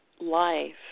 life